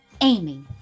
Amy